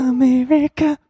America